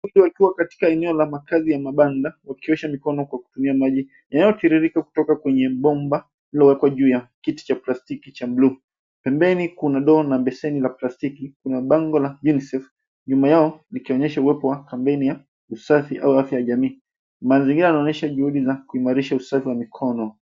Watu wakiwa katika eneo la makazi ya mabanda wakiosha mikono kwa kutumia maji yanayotiririka kutoka kwenye bomba lililoko juu ya kiti cha plastiki cha buluu. Pembeni kuna ndoo na besheni la plastiki. Kuna bango la UNICEF nyuma yao likionyesha uwepo wa kampeni ya usafi au afya ya jamii. Mazingira yanaonyesha juhudi za kuimarisha usafi wa mikono.